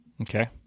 Okay